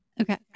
Okay